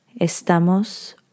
Estamos